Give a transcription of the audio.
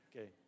Okay